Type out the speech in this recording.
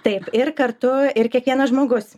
taip ir kartu ir kiekvienas žmogus